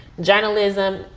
Journalism